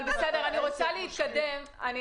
אבל אני רוצה להתקדם.